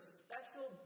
special